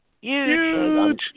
huge